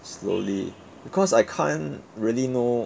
slowly because I can't really know